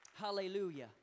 Hallelujah